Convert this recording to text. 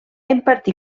impartir